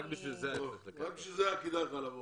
רק בשביל זה היה כדאי לך לבוא.